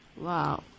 Wow